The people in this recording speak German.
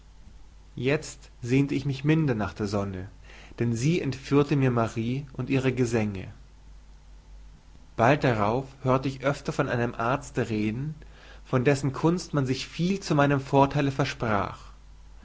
jezt sehnte ich mich wieder nach der sonne denn sie entführte mir marie und ihre gesänge bald darauf hörte ich öfter von einem arzte reden von dessen kunst man sich viel zu meinem vortheile versprach